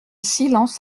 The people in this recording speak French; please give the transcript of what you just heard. silence